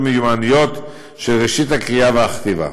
מיומנויות של ראשית הקריאה והכתיבה.